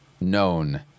known